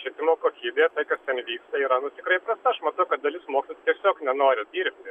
švietimo kokybė kas ten vyksta yra nu tikrai prasta aš matau kad dalis mokytojų tiesiog nenori dirbti